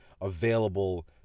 available